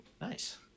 Nice